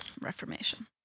reformation